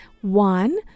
One